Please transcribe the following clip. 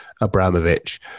Abramovich